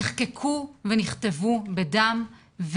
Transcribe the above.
נחקקו ונכתבו בדם,